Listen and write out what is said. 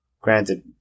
Granted